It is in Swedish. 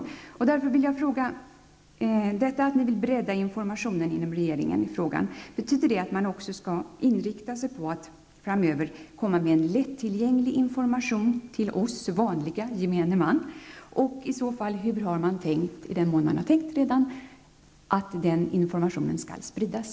Jag vill därför fråga: Att man inom regeringen vill bredda informationen i frågan, betyder det att man också skall inrikta sig på att framöver komma med en lättillgänglig information till oss vanliga, gemene man, och hur har man i så fall tänkt -- i den mån man redan har tänkt -- att den informationen skall spridas?